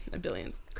Billions